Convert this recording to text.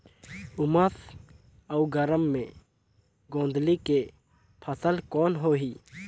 उमस अउ गरम मे गोंदली के फसल कौन होही?